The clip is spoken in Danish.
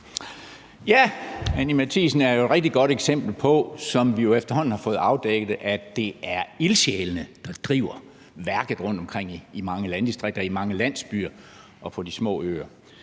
Ja, Anni Matthiesen er jo et rigtig godt eksempel på det, som vi efterhånden har fået afdækket, nemlig at det er ildsjælene, der driver værket i mange landdistrikter, i mange landsbyer og på de små øer